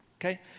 Okay